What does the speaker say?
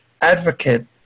advocate